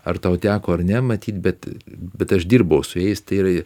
ar tau teko ar ne matyt bet bet aš dirbau su jais tai yra